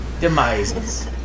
Demises